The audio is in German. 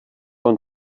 und